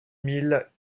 mille